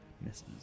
misses